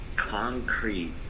concrete